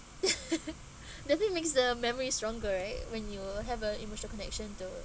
definitely makes the memory stronger right when you have a emotional connection to